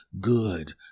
good